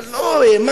אני לא האמנתי,